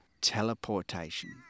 Teleportation